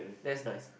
that's nice